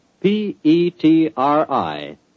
P-E-T-R-I